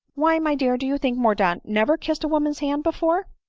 why, my dear, do you think mordaunt never kissed a woman's hand before?